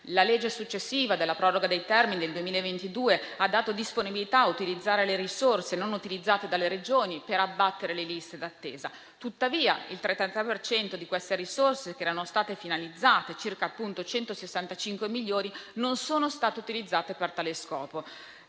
La legge successiva di proroga dei termini del 2022 ha dato disponibilità a utilizzare le risorse non utilizzate dalle Regioni per abbattere le liste d'attesa. Tuttavia, il 33 per cento di queste risorse che erano state finalizzate, circa 165 milioni, non sono state utilizzate per tale scopo.